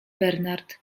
bernard